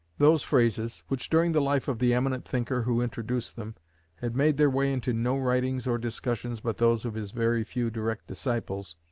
those phrases, which during the life of the eminent thinker who introduced them had made their way into no writings or discussions but those of his very few direct disciples,